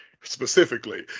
specifically